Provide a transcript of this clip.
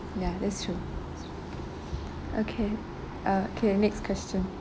ya that's true okay uh okay next question